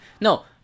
no